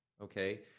okay